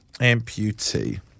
amputee